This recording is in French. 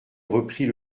reprit